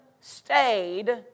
stayed